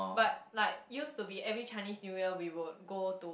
but like used to be every Chinese New Year we would go to